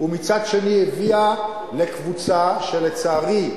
ומצד שני היא הביאה לקבוצה, שלצערי,